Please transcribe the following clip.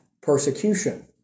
persecution